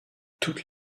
toutes